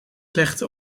slechte